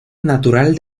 natural